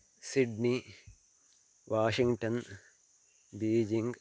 Sydney Washington Beijing